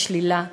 לשלילה כמובן.